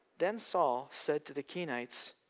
then saul said to the kenites,